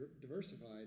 diversified